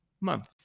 month